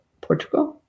Portugal